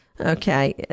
Okay